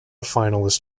finalist